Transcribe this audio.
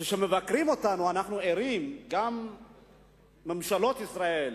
כשמבקרים אותנו אנחנו ערים, גם ממשלות ישראל.